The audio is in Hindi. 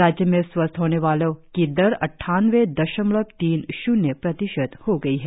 राज्य में स्वस्थ होने वालो की दर अद्वानवे दशमलव तीन श्र्न्य प्रतिशत हो गई है